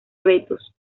abetos